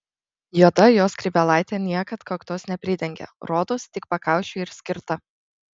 juoda jo skrybėlaitė niekad kaktos nepridengia rodos tik pakaušiui ir skirta